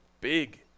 big